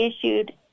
issued